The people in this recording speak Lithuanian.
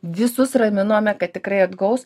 visus raminome kad tikrai atgaus